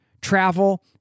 travel